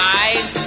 eyes